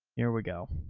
here we go.